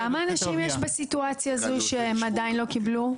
כמה אנשים יש בסיטואציה הזאת שהם עדיין לא קיבלו,